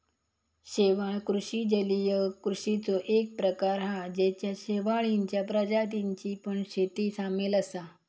शेवाळ कृषि जलीय कृषिचो एक प्रकार हा जेच्यात शेवाळींच्या प्रजातींची पण शेती सामील असा